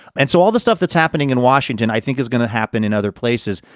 and so all the stuff that's happening in washington i think is going to happen in other places.